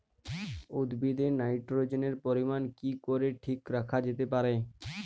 উদ্ভিদে নাইট্রোজেনের পরিমাণ কি করে ঠিক রাখা যেতে পারে?